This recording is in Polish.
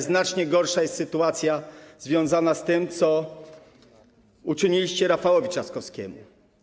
Znacznie gorsza jest sytuacja związana z tym, co uczyniliście Rafałowi Trzaskowskiemu.